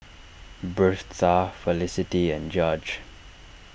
Birtha Felicity and Judge